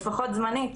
לפחות זמנית,